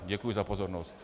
Děkuji za pozornost.